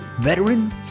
veteran